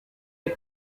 del